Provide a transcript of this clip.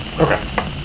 Okay